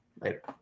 Later